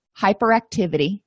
hyperactivity